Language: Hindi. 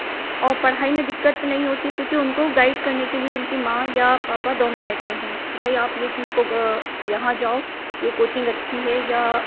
और पढ़ाई में दिक्कत नहीं होती क्योंकि उनको गाइड करने के लिए उनकी माँ या पापा दोनों रहते हैं कि भाई आप यह चीज़ को यहाँ जो यह कोचिंग अच्छी है या